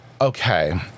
Okay